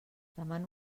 demano